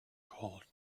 cold